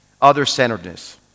other-centeredness